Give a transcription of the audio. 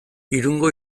irungo